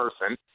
person